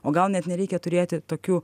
o gal net nereikia turėti tokių